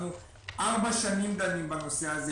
אנו ארבע שנים דנים בזה.